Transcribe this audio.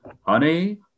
Honey